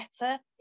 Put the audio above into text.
better